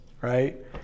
right